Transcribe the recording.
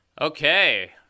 Okay